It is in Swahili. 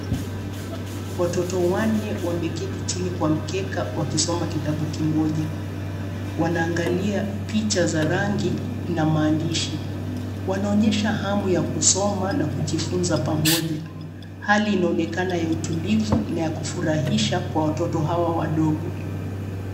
Watoto wanne wameketi chini kwa mkeka wakisoma kitabu kimoja. Wanaangalia picha za rangi na maandishi. Wanaonyesha hamu ya kusoma na kujifunza pamoja. Hali inaonekana ya utulivu na ya kufurahisha kwa watoto hawa wadogo.